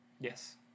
Yes